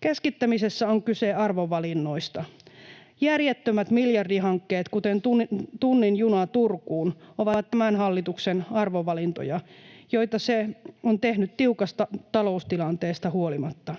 Keskittämisessä on kyse arvovalinnoista. Järjettömät miljardihankkeet, kuten tunnin juna Turkuun, ovat tämän hallituksen arvovalintoja, joita se on tehnyt tiukasta taloustilanteesta huolimatta.